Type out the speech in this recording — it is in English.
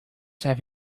have